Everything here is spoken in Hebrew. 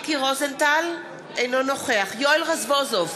אינו נוכח יואל רזבוזוב,